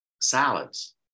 salads